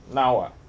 now ah